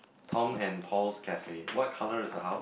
Tom and Paul's Cafe what colour is the house